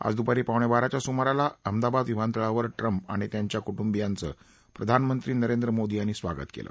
आज दूपारी पावणे बाराच्या सुमाराला अहमदाबाद विमानतळावर ट्रम्प आणि त्यांच्या कुटुंबियांचं प्रधानमंत्री नरेंद्र मोदी यांनी स्वागत केलं